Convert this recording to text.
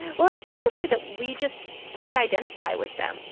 well, it's basically that we just can't identify with them.